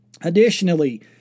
Additionally